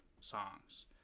songs